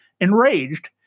Enraged